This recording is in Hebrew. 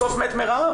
בסוף מת מרעב,